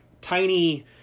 tiny